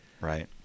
Right